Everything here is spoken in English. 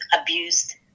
abused